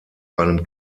einem